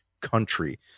country